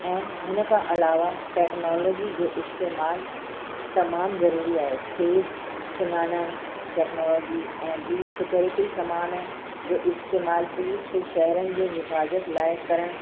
ऐं हिन खां अलावा टेक्नोलोजी जो इस्तेमालु तमामु ज़रूरी आहे फेस सुञाणणु टेक्नोलोजी ऐं ॿी स्कोरिटी समान जो इस्तेमालु पुलीस खे शहरनि जे हिफ़ाज़त लाइ करणु